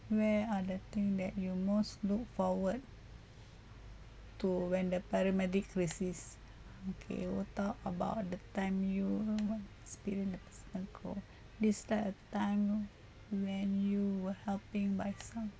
where are the thing that you most look forward to when the paramedics resist okay we'll talk about the time you experience difficult describe a time when you were helping my son